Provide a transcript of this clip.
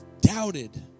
doubted